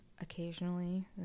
occasionally